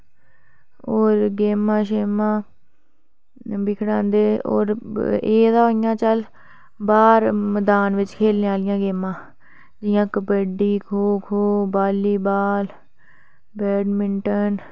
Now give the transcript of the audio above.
होर गेमां बी खढ़ांदे एह्दा इं'या चल बाहर मैदान च खेल्ले आह्ली गेमां इंटया कबड्डी खो खो वॉलीबॉल बैडमिंटन